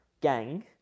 gang